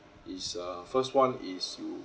is uh first one is you